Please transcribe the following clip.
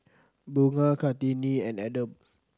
Bunga Kartini and Adam